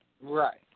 Right